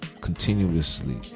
continuously